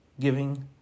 giving